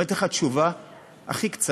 אבל אני אתן לך תשובה הכי קצרה,